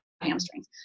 hamstrings